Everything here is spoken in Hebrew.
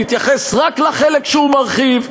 נתייחס רק לחלק שהוא מרחיב,